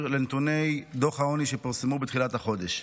לנתוני דוח העוני שפורסמו בתחילת החודש.